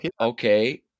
okay